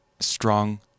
Strong